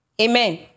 Amen